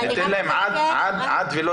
ניתן להם עד ולא